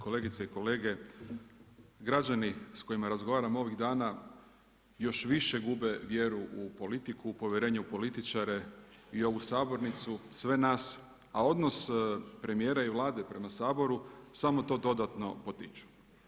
Kolegice i kolege, građani s kojima razgovaram ovih dana još više gube vjeru u politiku, u povjerenje u političare i ovu sabornicu, sve nas, a odnos premijera i Vlade prema Saboru samo to dodatno potiču.